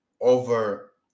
over